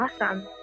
Awesome